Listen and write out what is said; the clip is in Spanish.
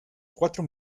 cuatro